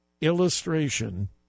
illustration